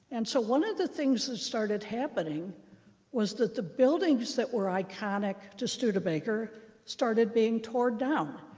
and so one of the things that started happening was that the buildings that were iconic to studebaker started being torn down,